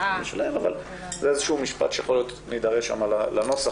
יכול להיות שיש משפט שיכול להיות שנידרש שם לנוסח,